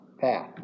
path